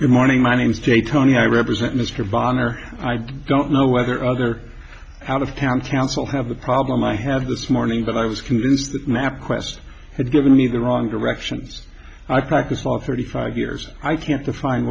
good morning my name's jay tony i represent mr wagner i don't know whether other out of town council have a problem i have this morning but i was convinced that mapquest had given me the wrong directions i practiced for thirty five years i can't define